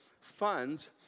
funds